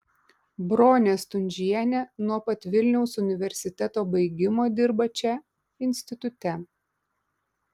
bronė stundžienė nuo pat vilniaus universiteto baigimo dirba čia institute